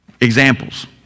Examples